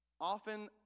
Often